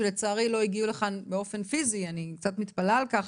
שלצערי לא הגיעו לכאן באופן פיזי ואני קצת מתפלא על כך.